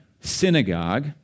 synagogue